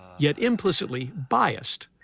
yet implicitly biased,